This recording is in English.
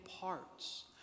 parts